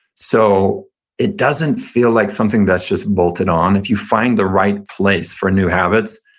so it doesn't feel like something that's just bolted on if you find the right place for new habits,